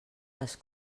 les